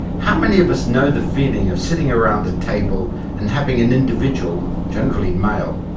how many of us know the feeling of sitting around a table and having an individual, generally male,